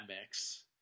mix